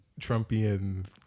Trumpian